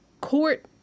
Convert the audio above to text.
court